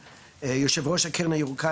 יושב-ראש הקרן הירוקה,